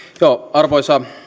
arvoisa